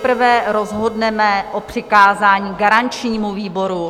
Nejprve rozhodneme o přikázání garančnímu výboru.